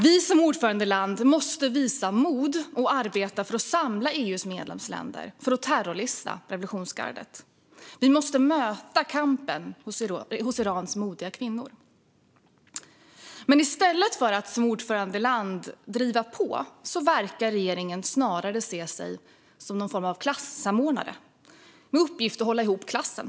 Vi som ordförandeland måste visa mod och arbeta för att samla EU:s medlemsländer för att terrorlista revolutionsgardet. Vi måste möta kampen från Irans modiga kvinnor. Men i stället för att som ordförandeland driva på verkar regeringen snarare se sig som någon form av klassamordnare med uppgift att hålla ihop klassen.